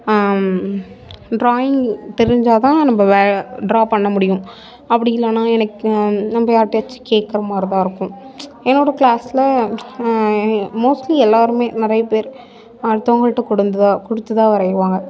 drawing தெரிஞ்சால்தான் நம்ம வேற டிரா பண்ண முடியும் அப்படி இல்லைனா எனக்கு நம்ம யாருகிட்டயாச்சும் கேட்குற மாதிரிதான் இருக்கும் என்னோடய கிளாஸில் மோஸ்ட்லி எல்லாருமே நிறைய பேர் அடுத்தவங்கள்ட்ட கொடுந்த கொடுத்துதான் வரைவாங்க